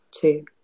two